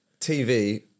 TV